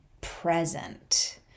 present